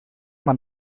man